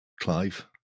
Clive